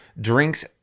drinks